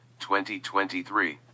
2023